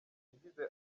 yagize